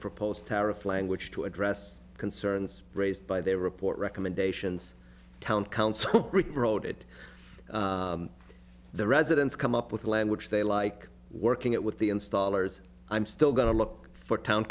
proposed tariff language to address concerns raised by their report recommendations town council wrote it the residents come up with language they like working it with the installers i'm still going to look for town